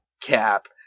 Cap